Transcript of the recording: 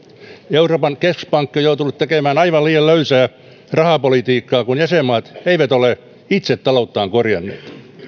euroopan keskuspankki on joutunut tekemään aivan liian löysää rahapolitiikkaa kun jäsenmaat eivät ole itse talouttaan korjanneet